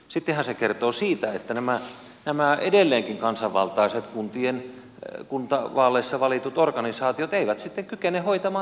sittenhän se kertoo siitä että nämä edelleenkin kansanvaltaiset kuntien kuntavaaleissa valitut organisaatiot eivät sitten kykene hoitamaan tehtäviään